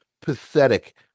pathetic